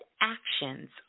actions